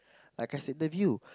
I can't say the view